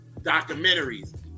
documentaries